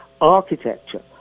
architecture